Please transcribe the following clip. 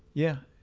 yeah.